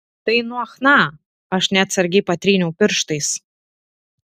tai nuo chna aš neatsargiai patryniau pirštais